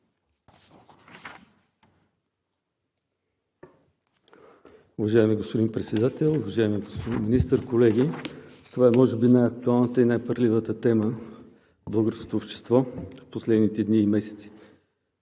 Уважаеми господин Председател, уважаеми господин Министър, колеги! Това е може би най-актуалната и най-парливата тема в българското общество в последните дни и месеци.